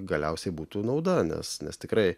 galiausiai būtų nauda nes nes tikrai